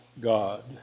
God